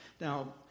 Now